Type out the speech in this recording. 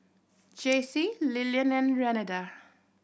Jacey Lilian and Renada